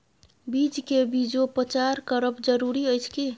बीज के बीजोपचार करब जरूरी अछि की?